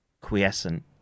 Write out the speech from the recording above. quiescent